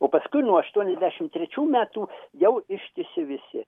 o paskui nuo aštuoniasdešim trečių metų jau ištisi visi